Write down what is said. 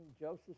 Joseph